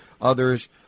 others